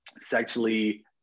Sexually